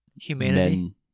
Humanity